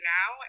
now